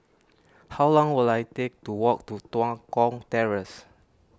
how long will I take to walk to Tua Kong Terrace